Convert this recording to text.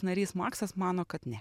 narys maksas mano kad ne